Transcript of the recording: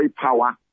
power